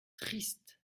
triste